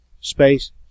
space